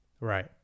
Right